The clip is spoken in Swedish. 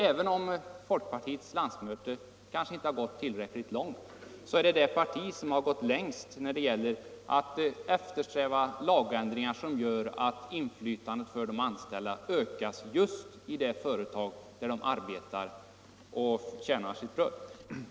Även om folkpartiet på sitt landsmöte kanske inte har gått tillräckligt långt så är vi det parti som har gått längst när det gäller att eftersträva lagändringar för att Nr 138 öka de anställdas inflytande just i de företag där de arbetar. Måndagen den | 9 december 1974 Överläggningen var härmed slutad.